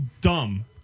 dumb